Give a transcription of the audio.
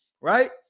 Right